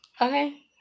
Okay